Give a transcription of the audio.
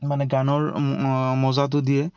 মানে গানৰ মজাটো দিয়ে